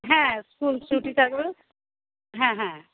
হ্যাঁ স্কুল ছুটি থাকলো হ্যাঁ হ্যাঁ